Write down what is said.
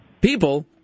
people